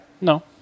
No